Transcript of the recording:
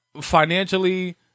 financially